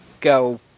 go